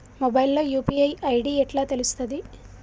Mobile లో UPI ID ఎట్లా తెలుస్తది?